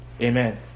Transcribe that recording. Amen